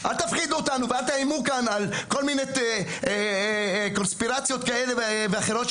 אל תפחידו אותנו ואל תאיימו על כל מיני קונספירציות כאלה ואחרות.